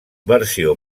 versió